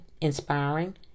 inspiring